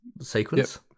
sequence